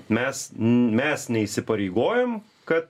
mes mes neįsipareigojom kad